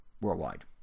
Worldwide